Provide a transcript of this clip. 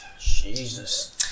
Jesus